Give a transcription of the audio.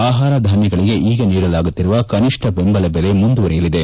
ಆಹಾರ ಧಾನ್ಯಗಳಿಗೆ ಈಗ ನೀಡಲಾಗುತ್ತಿರುವ ಕನಿಷ್ಠ ಬೆಂಬಲ ಬೆಲೆ ಮುಂದುವರೆಯಲಿದೆ